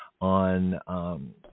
on